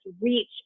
reach